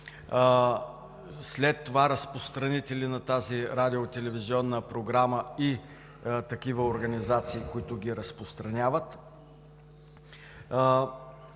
след това – разпространители на тази радио-телевизионна програма и такива организации, които ги разпространяват,